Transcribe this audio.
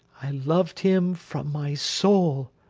i loved him from my soul.